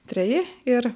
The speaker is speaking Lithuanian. treji ir